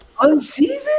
Unseasoned